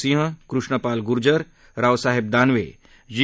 सिंह Krishnapal Gurjar Raosaheb Danve जी